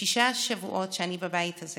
בשישה שבועות שאני בבית הזה